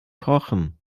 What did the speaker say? kochen